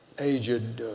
aged